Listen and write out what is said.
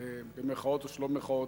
במירכאות או שלא במירכאות,